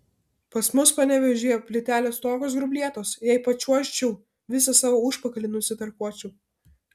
pas mus panevėžyje plytelės tokios grublėtos jei pačiuožčiau visą savo užpakalį nusitarkuočiau